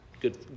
Good